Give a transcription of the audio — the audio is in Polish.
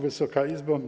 Wysoka Izbo!